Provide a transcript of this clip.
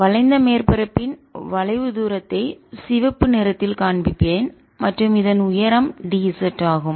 வளைந்த மேற்பரப்பின் வளைவு தூரத்தை சிவப்பு நிறத்தில் காண்பிப்பேன் மற்றும் இதன் உயரம் d z ஆகும்